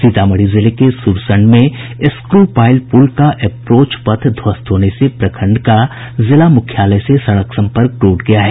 सीतामढ़ी जिले के सुरसंड में स्क्रू पाईल पुल का एप्रोच पथ ध्वस्त होने से प्रखंड का जिला मुख्यालय से सड़क सम्पर्क टूट गया है